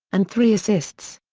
and three assists.